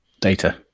data